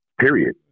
period